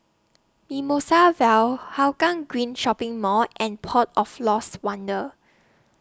Mimosa Vale Hougang Green Shopping Mall and Port of Lost Wonder